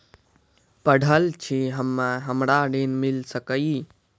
पढल छी हम्मे हमरा ऋण मिल सकई?